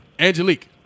Angelique